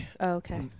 okay